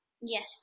Yes